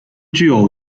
具有